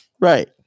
Right